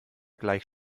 gleich